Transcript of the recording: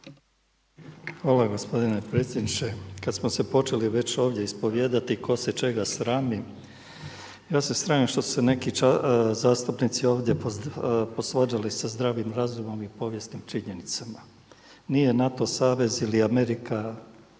Hvala gospodine predsjedniče. Kada smo se počeli već ovdje ispovijedati tko se čega srami, ja se sramim što se neki zastupnici ovdje posvađali sa zdravim razumom i povijesnim činjenicama. Nije NATO savez ili Amerika